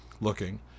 looking